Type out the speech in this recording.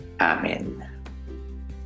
amen